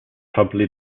probably